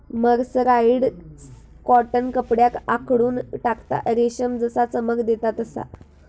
mercerised cotton कपड्याक आखडून टाकता, रेशम जसा चमक देता तसा